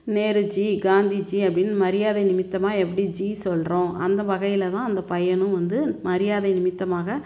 நேருஜி காந்திஜி அப்படின்னு மரியாதை நிமித்தமாக எப்படி ஜி சொல்கிறோம் அந்த வகையில் தான் அந்த பையனும் வந்து மரியாதை நிமித்தமாக